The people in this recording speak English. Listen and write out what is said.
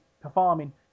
performing